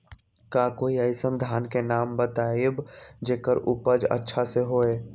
का कोई अइसन धान के नाम बताएब जेकर उपज अच्छा से होय?